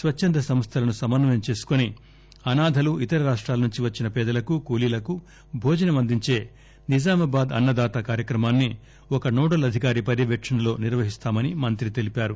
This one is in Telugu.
స్వచ్చంద సంస్థలను సమన్నయం చేసుకొని అనాధలు ఇతర రాష్టాల నుండి వచ్చిన పేదలకు కూలీలకు భోజనం అందించే నిజామాబాద్ అన్స దాత కార్యక్రమాన్ని ఒక నోడల్ అధికారి పర్యవేక్షణలో నిర్వహిస్తామని మంత్రి తెలిపారు